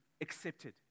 accepted